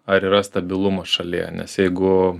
ar yra stabilumas šalyje nes jeigu